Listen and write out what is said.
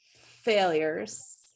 failures